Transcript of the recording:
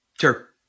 sure